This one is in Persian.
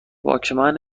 واکمن